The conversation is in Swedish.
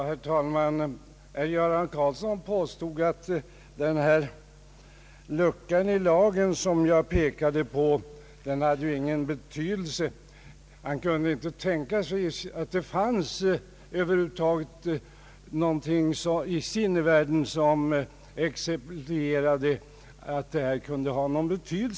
Herr talman! Herr Göran Karlsson påstod att den lucka i lagen som jag påvisat inte har någon betydelse. Han kunde inte tänka sig att det över huvud taget i sinnevärlden kunde finnas något exempel på detta.